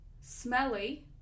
smelly